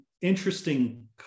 interesting